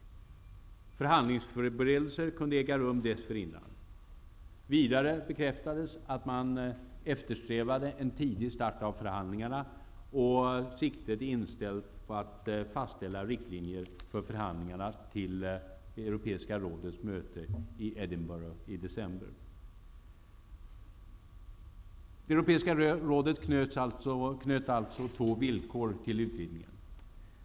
Förhandlingsförberedelser kunde äga rum dessförinnan. Vidare bekräftades att man eftersträvade en tidig start av för (É handlingarna. Siktet är inställt på att fastställa riktlinjer för förhandlingarna Europeiska rådet knöt alltså två villkor till utvidgningen.